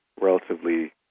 relatively